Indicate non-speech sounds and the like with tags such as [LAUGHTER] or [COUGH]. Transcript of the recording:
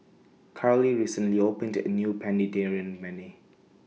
Carly recently opened A New [UNINTELLIGIBLE]